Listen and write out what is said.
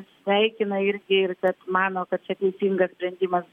sveikina irgi ir kad mano kad čia teisingas sprendimas